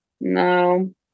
no